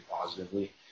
positively